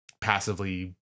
passively